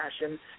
passion